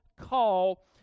call